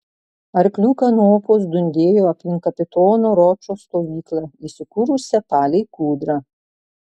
arklių kanopos dundėjo aplink kapitono ročo stovyklą įsikūrusią palei kūdrą